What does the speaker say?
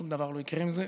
שום דבר לא יקרה עם זה,